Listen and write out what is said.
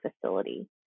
facility